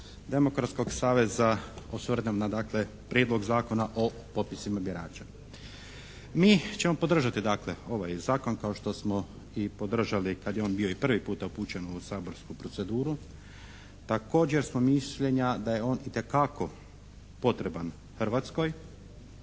demokratskog saveza osvrnem na dakle Prijedlog zakona o potpisima birača. Mi ćemo podržati dakle ovaj zakon kao što smo i podržali kad je on bio i prvi puta upućen u saborsku proceduru. Također smo mišljenja da je on itekako potreban Hrvatskoj,